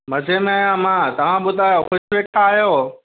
मज़े में आहियां मां तव्हां ॿुधायो ख़ुशि वेठा आहियो